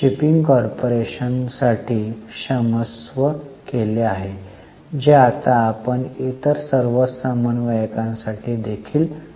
shipping कॉर्पोरेशनसाठी क्षमस्व केले आहे जे आता आपण इतर सर्व समवयस्कांसाठी देखील करू